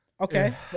Okay